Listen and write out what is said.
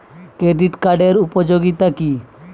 Credit কার্ডের উপযোগিতা কি?